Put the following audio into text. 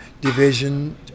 division